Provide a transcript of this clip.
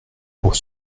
pour